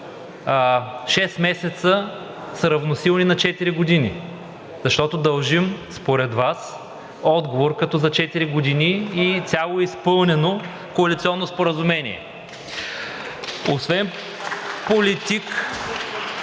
месеца са равносилни на четири години, защото дължим според Вас отговор като за четири години и цяло изпълнено коалиционно споразумение. (Ръкопляскания